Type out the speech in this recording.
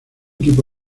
tipo